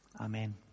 Amen